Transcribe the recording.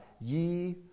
ye